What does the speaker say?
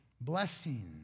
Blessing